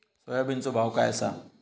सोयाबीनचो भाव काय आसा?